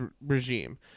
regime